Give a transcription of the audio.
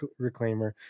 Reclaimer